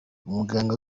umuganga